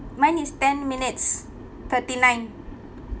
mine is ten minutes thirty-nine